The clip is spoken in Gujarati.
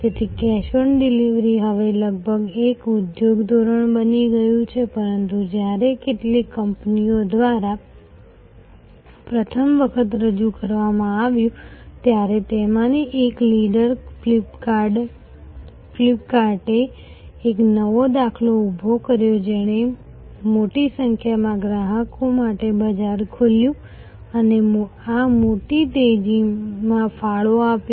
તેથી કેશ ઓન ડિલિવરી હવે લગભગ એક ઉદ્યોગ ધોરણ બની ગયું છે પરંતુ જ્યારે કેટલીક કંપનીઓ દ્વારા પ્રથમ વખત રજૂ કરવામાં આવ્યું ત્યારે તેમાંથી એક લીડર ફ્લિપ કાર્ટે એક નવો દાખલો ઊભો કર્યો જેણે મોટી સંખ્યામાં ગ્રાહકો માટે બજાર ખોલ્યું અને આ મોટી તેજીમાં ફાળો આપ્યો